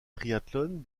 triatlón